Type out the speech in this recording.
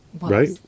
Right